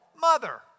mother